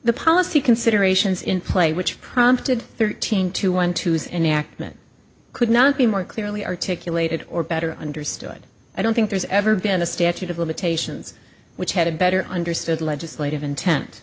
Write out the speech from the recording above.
the policy considerations in play which prompted thirteen to one to his enact meant could not be more clearly articulated or better understood i don't think there's ever been a statute of limitations which had a better understood legislative intent